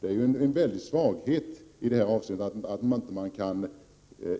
Det är en svaghet att man inte kan